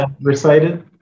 recited